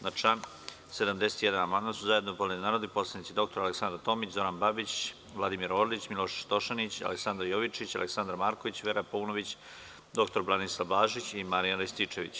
Na član 71. amandman su zajedno podneli narodni poslanici dr Aleksandra Tomić, Zoran Babić, Vladimir Orlić, Miloš Tošanić, Aleksandar Jovičić, Aleksandar Marković, Vera Paunović, dr Branislav Blažić i Marijan Rističević.